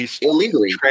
illegally